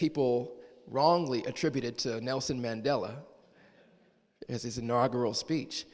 people wrongly attributed to nelson mandela as his inaugural speech